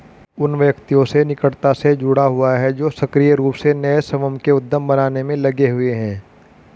उन व्यक्तियों से निकटता से जुड़ा हुआ है जो सक्रिय रूप से नए स्वयं के उद्यम बनाने में लगे हुए हैं